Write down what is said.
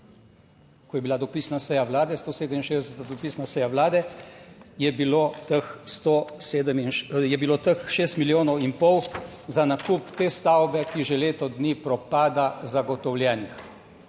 ko je bila dopisna seja Vlade, 167. dopisna seja Vlade je bilo teh 107, je bilo teh šest milijonov in pol za nakup te stavbe, ki že leto dni propada, zagotovljenih